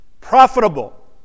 Profitable